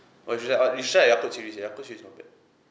oh you should oh you should try the yakult series their yakult series is not bad